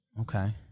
Okay